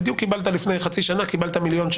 בדיוק לפני חצי שנה קיבלת מיליון.